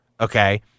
okay